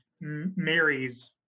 marries